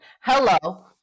Hello